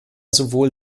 sowohl